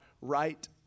right